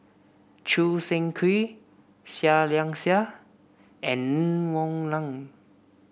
Choo Seng Quee Seah Liang Seah and Ng Woon Lam